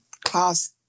class